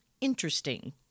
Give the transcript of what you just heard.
interesting